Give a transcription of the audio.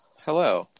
hello